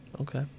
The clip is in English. Okay